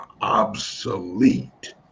obsolete